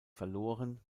verloren